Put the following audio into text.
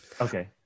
okay